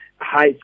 high